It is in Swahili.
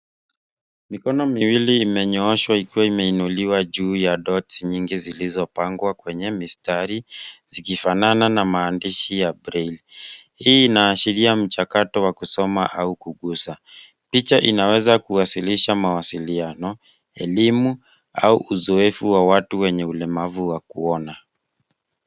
Mikono miwili imenyooshwa ikiwa imeinuliwa juu ya dots nyingi zilizo pangwa kwenye mistari zikifanana na maandishi ya braille hii inaashiria mchakato wa kusoma au kugusa picha inaweza kuwasilisha mawasiliano elimu au uzoefu wa watu wenye ulemavu wa kuona.